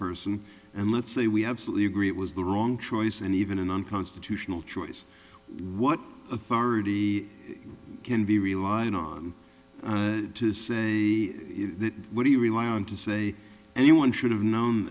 person and let's say we absolutely agree it was the wrong choice and even an unconstitutional choice what authority can be relied on to say what do you rely on to say anyone should have known